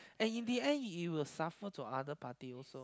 and in the end it will suffer to other party also